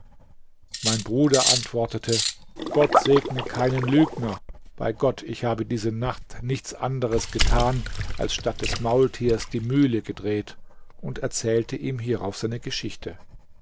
mein bruder antwortete gott segne keinen lügner bei gott ich habe diese nacht nichts anderes getan als statt des maultiers die mühle gedreht und erzählte ihm hierauf seine geschichte